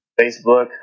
Facebook